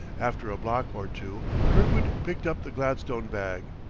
after a block or two kirkwood picked up the gladstone bag,